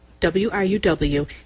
WRUW